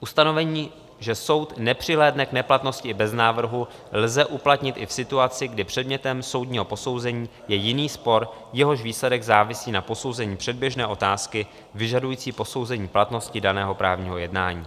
Ustanovení, že soud nepřihlédne k neplatnosti i bez návrhu, lze uplatnit i v situaci, kdy předmětem soudního posouzení je jiný spor, jehož výsledek závisí na posouzení předběžné otázky vyžadující posouzení platnosti daného právního jednání.